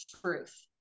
truth